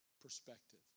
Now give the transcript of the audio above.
perspective